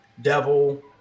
devil